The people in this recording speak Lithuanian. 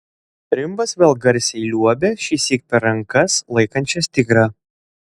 rimbas vėl garsiai liuobia šįsyk per rankas laikančias tigrą